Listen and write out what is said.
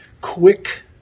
quick